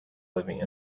living